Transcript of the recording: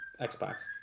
Xbox